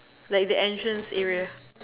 like the entrance area